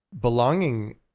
belonging